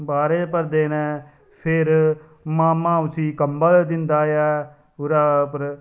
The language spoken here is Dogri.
बारे भरदे न फिर मामा उसी कंबल दिंदा ऐ उ'दे उप्पर